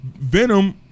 Venom